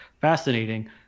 fascinating